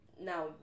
now